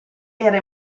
era